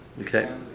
Okay